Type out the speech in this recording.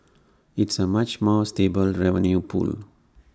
it's A much more stable revenue pool